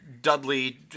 Dudley